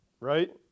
right